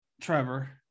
Trevor